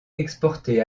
exporté